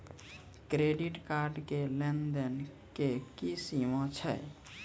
Credit card के लेन देन के की सीमा छै?